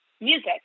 music